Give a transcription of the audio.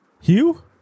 Hugh